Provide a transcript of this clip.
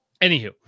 Anywho